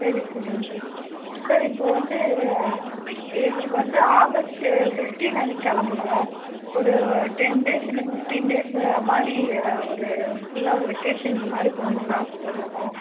சரி சரிங்க sir sir இப்போது வந்து எங்களுக்கு வந்து ஆகஸ்ட்டு ஃபிஃப்ட்டின் அன்னைக்கி கிளம்பணும் ஒரு டென் டேஸ் இல்லை ஃபிஃப்ட்டின் டேஸ் அந்த மாதிரி ஒரு ஃபுல்லாக வெக்கேஷன் அந்த மாதிரி போணுன்னு ஆசைப்பட்றோம்